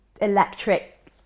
electric